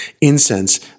incense